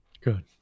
good